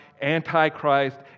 anti-Christ